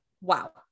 wow